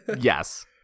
yes